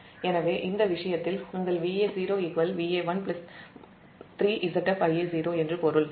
எனவே இந்த விஷயத்தில் உங்கள் Va0 Va1 3 Zf Ia0 என்று பொருள்